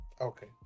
Okay